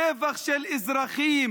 טבח של אזרחים,